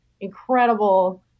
incredible